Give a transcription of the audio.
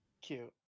Cute